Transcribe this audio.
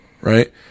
right